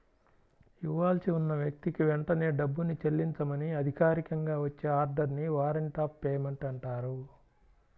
ఇవ్వాల్సి ఉన్న వ్యక్తికి వెంటనే డబ్బుని చెల్లించమని అధికారికంగా వచ్చే ఆర్డర్ ని వారెంట్ ఆఫ్ పేమెంట్ అంటారు